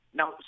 Now